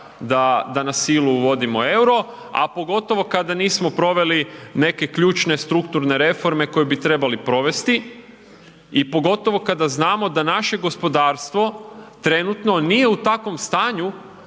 da na silu uvodimo EUR-o, a pogotovo kada nismo proveli neke ključne strukturne reforme koje bi trebali provesti i pogotovo kada znamo da naše gospodarstvo trenutno nije u takvom stanju